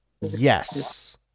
Yes